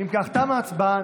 אם כך תמה ההצבעה.